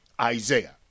Isaiah